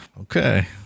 okay